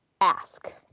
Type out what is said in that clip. ask